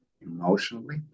emotionally